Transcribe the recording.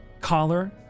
collar